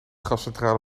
gascentrale